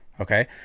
Okay